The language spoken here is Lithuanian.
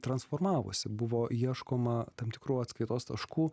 transformavosi buvo ieškoma tam tikrų atskaitos taškų